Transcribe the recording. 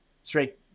straight